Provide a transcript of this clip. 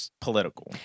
political